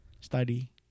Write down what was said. study